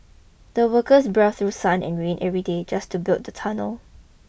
the workers braved through sun and rain every day just to build the tunnel